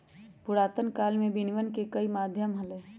पुरातन काल में विनियम के कई माध्यम हलय